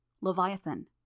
Leviathan